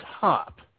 top